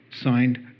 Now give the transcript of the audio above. Signed